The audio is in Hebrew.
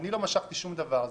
אני לא משכתי שום דבר.